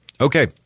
Okay